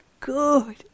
Good